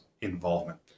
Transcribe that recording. involvement